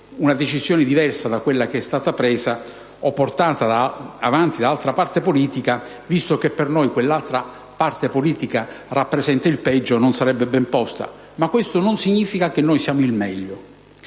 una decisione diversa, come quella che è stata presa o portata avanti da altra parte politica, che secondo noi rappresenta il peggio, non sarebbe ben posta. Ma questo non significa che noi siamo il meglio.